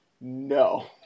no